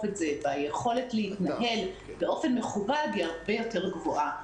את זה והיכולת להתנהל באופן מכובד היא הרבה יותר גבוהה.